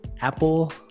apple